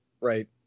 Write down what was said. right